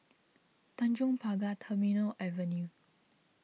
Tanjong Pagar Terminal Avenue